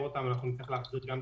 נצטרך גם להחזיר את